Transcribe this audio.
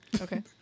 Okay